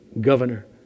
governor